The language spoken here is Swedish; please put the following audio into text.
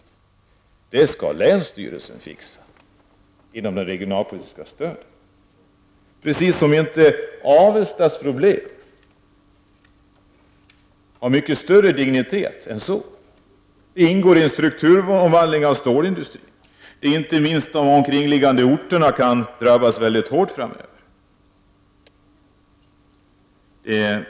Jo, att detta skall länsstyrelsen fixa inom det regionalpolitiska stödet. Precis som om inte Avestas problem har mycket större dignitet än så! Omdaningen av företaget ingår i en strukturomvandling av stålindustrin, och inte minst de omkringliggande orterna kan drabbas väldigt hårt framöver.